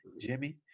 Jimmy